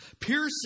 piercing